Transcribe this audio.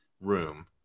room